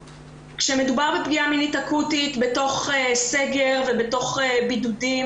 בפגיעה מינית אקוטית בתוך סגר ובתוך בידודים